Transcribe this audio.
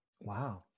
Wow